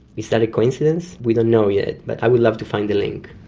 is that a coincidence? we don't know yet, but i would love to find the link.